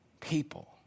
people